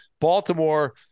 Baltimore